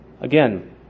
Again